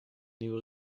nieuwe